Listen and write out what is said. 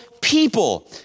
people